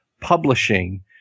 publishing